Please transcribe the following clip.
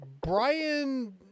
Brian